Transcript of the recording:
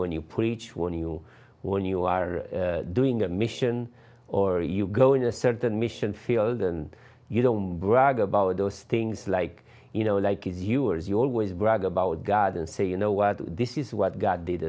when you when you are doing a mission or you go in a certain mission field and you don't brag about those things like you know like as you are you always brag about god and say you know what this is what god d